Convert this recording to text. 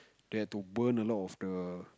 they had to burn a lot of the